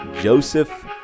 joseph